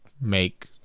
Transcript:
make